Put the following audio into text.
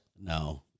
No